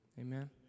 Amen